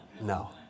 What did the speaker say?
No